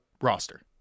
roster